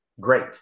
Great